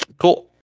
cool